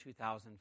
2005